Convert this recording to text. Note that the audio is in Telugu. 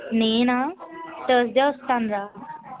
నేనా థర్స్డే వస్తాను రా